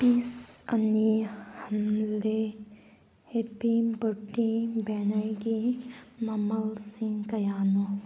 piece ꯑꯅꯤ ꯍꯜꯂꯦ happy birthday ꯕꯦꯅꯔꯒꯤ ꯃꯃꯜꯁꯤꯡ ꯀꯌꯥꯅꯣ